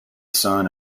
son